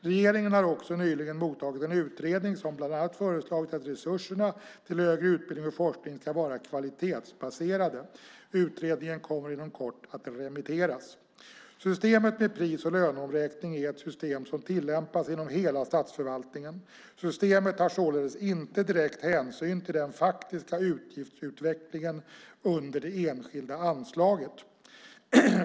Regeringen har också nyligen mottagit en utredning som bland annat har föreslagit att resurserna till högre utbildning och forskning ska vara kvalitetsbaserade. Utredningen kommer inom kort att remitteras. Systemet med pris och löneomräkning är ett system som tillämpas inom hela statsförvaltningen. Systemet tar således inte direkt hänsyn till den faktiska utgiftsutvecklingen under det enskilda anslaget.